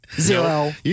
Zero